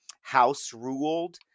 house-ruled